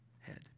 head